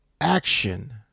action